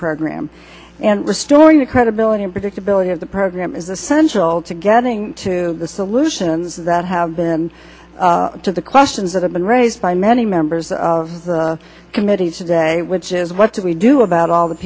program and restoring the credibility and predictability of the program is essential to getting to the solutions that have been to the questions that have been raised by many members of the committee today which is what do we do about all the